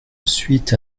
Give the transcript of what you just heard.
suite